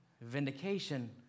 vindication